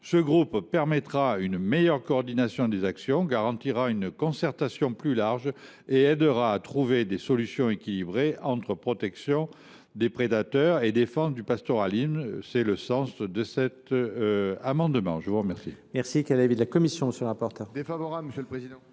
de créer permettra une meilleure coordination des actions, garantira une concertation plus large et aidera à trouver des solutions équilibrées entre la protection des prédateurs et la défense du pastoralisme. Quel est l’avis de la commission